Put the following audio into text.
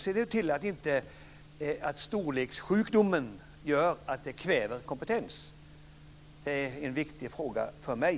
Se nu till att inte storlekssjukdomen gör att kompetensen kvävs! Det är en viktig fråga för mig.